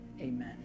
Amen